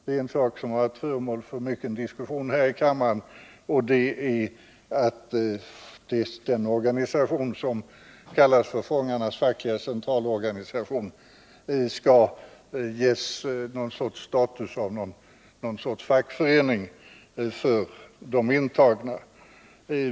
Det är en fråga som varit föremål för mycken diskussion här i kammaren — det gäller att den organisation som kallas Förenade Fångars Centralorganisation skall ges status av någon sorts fackförening för de intagna.